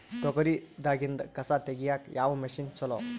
ತೊಗರಿ ದಾಗಿಂದ ಕಸಾ ತಗಿಯಕ ಯಾವ ಮಷಿನ್ ಚಲೋ?